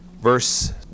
verse